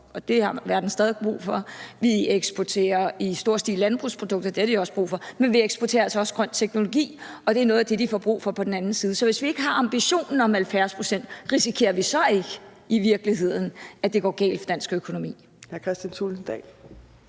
det har verden stadig brug for – og vi eksporterer landbrugsprodukter i stor stil, og det har verden også brug for. Men vi eksporterer altså også grøn teknologi, og det er noget af det, de får brug for på den anden side af krisen. Så hvis vi ikke har ambitionen om 70 pct., risikerer vi så ikke i virkeligheden, at det går galt for dansk økonomi? Kl. 14:36 Fjerde